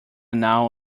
now